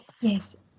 Yes